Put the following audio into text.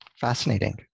Fascinating